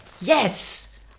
Yes